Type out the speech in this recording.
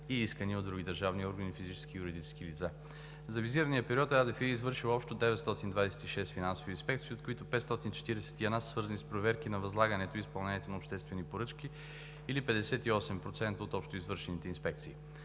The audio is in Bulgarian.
и искания от други държавни органи, физически и юридически лица. За визирания период Агенцията за държавна финансова инспекция е извършила общо 926 финансови инспекции, от които 541 са свързани с проверки на възлагането и изпълнението на обществени поръчки или 58% от общо извършените инспекции.